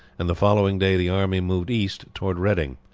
and the following day the army moved east towards reading.